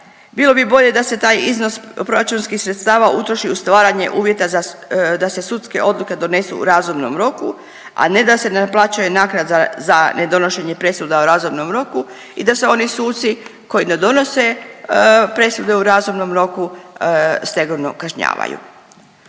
Bilo bi bolje da se taj iznos proračunskih sredstava utroši u stvaranje uvjeta da se sudske odluke donesu u razumnom roku, a ne da se naplaćuje naknada za ne donošenje presuda u razumnom roku i da se oni suci koji ne donose presude u razumnom roku stegovno kažnjavaju.